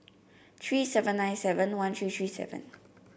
three seven nine seven one three three seven